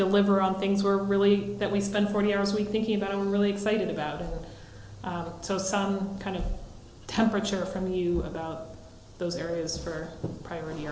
deliver on things were really that we spend forty years we thinking about i'm really excited about it so some kind of temperature from you about those areas for priority